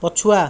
ପଛୁଆ